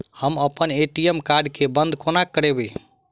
हम अप्पन ATM card केँ बंद कोना करेबै?